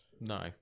No